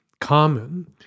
common